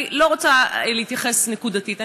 אני לא רוצה להתייחס נקודתית,